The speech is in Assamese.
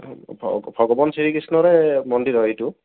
ভগৱান শ্ৰীকৃষ্ণৰে মন্দিৰ হয় সেইটো